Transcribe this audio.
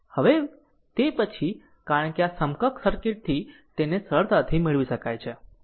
હવે તે પછી કારણ કે આ સમકક્ષ સર્કિટ થી તેને સરળતાથી મેળવી શકાય છે